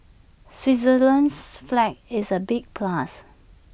Switzerland's flag is A big plus